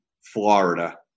Florida